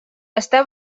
està